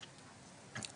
אלפים.